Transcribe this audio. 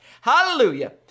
Hallelujah